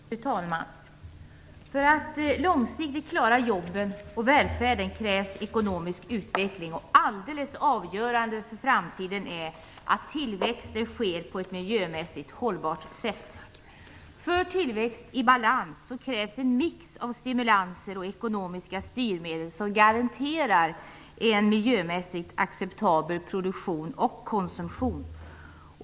Fru talman! För att långsiktigt klara jobben och välfärden krävs ekonomisk utveckling. Alldeles avgörande för framtiden är att tillväxten sker på ett miljömässigt hållbart sätt. För tillväxt i balans krävs en mix av stimulanser och ekonomiska styrmedel som garanterar en miljömässigt acceptabel produktion och konsumtion.